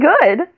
good